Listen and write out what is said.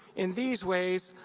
in these ways,